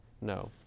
No